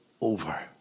over